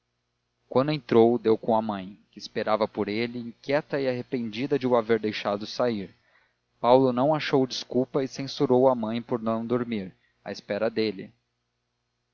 quando entrou deu com a mãe que esperava por ele inquieta e arrependida de o haver deixado sair paulo não achou desculpa e censurou a mãe por não dormir à espera dele